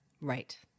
Right